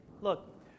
look